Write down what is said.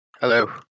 Hello